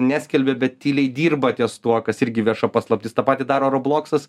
neskelbia bet tyliai dirba ties tuo kas irgi vieša paslaptis tą patį daro robloksas